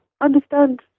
understand